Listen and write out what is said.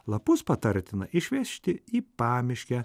lapus patartina išvežti į pamiškę